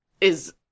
is-